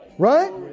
Right